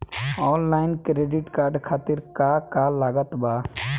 Online credit card खातिर का का लागत बा?